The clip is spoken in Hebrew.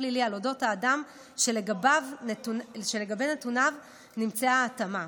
פלילי על אודות האדם שלגבי נתוניו נמצאה התאמה,